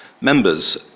Members